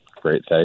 Great